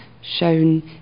shown